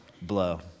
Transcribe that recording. blow